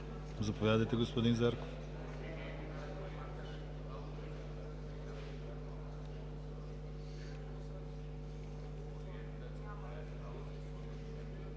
Заповядайте, господин Зарков.